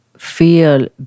feel